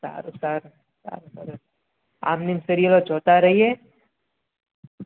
સારું સારું સારું ભલે આમની સિરિયલો જોતા રહીએ